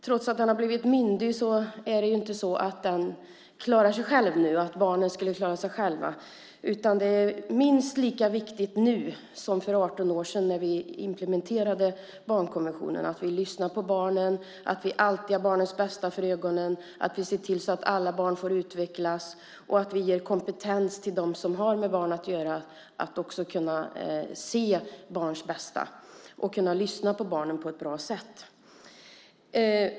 Trots att den har blivit myndig är det inte så att barnen klarar sig själva nu. Det är minst lika viktigt nu som för 18 år sedan, när vi implementerade barnkonventionen, att vi lyssnar på barnen, att vi alltid har barnens bästa för ögonen, att vi ser till att alla barn får utvecklas och att vi ger kompetens till dem som har med barn att göra så att de också kan se barns bästa och kan lyssna på barnen på ett bra sätt.